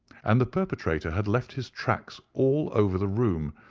and the perpetrator had left his tracks all over the room,